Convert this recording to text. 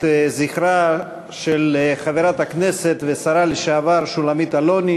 זכרה של חברת הכנסת והשרה לשעבר שולמית אלוני,